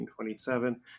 1927